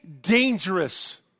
dangerous